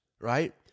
right